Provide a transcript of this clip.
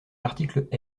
l’article